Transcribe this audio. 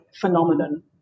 phenomenon